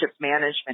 management